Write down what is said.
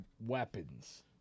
weapons